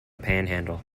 panhandle